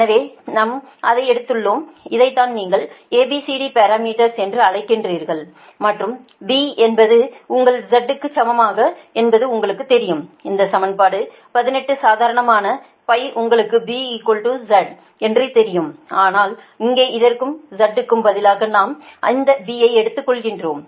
எனவே நாம்அதை எடுத்துள்ளோம் இதைத்தான் நீங்கள் ABCD பாரமீட்டர்ஸ் என்று அழைக்கிறீர்கள் மற்றும் B என்பது உங்கள் Z க்கு சமம் என்பது உங்களுக்குத் தெரியும் இந்த சமன்பாடு 18 சாதாரணமான உங்களுக்கு B Z என்று தெரியும் ஆனால் இங்கே இருக்கும் Z க்கு பதிலாக நாம் அந்த B ஐ எடுத்துக்கொள்கிறோம்